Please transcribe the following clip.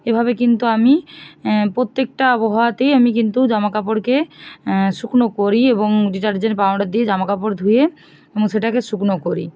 এভাবে কিন্তু আমি প্রত্যেকটা আবহাওয়াতেই আমি কিন্তু জামা কাপড়কে শুকনো করি এবং ডিটারজেন্ট পাওডার দিয়ে জামা কাপড় ধুয়ে সেটাকে শুকনো করি